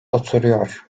oturuyor